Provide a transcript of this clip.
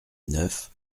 neuf